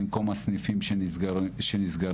במקום הסניפים שנסגרים,